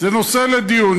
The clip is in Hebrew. זה נושא לדיון.